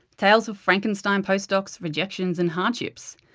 tales of frankenstein postdocs, rejections, and hardships.